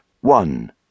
ONE